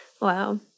Wow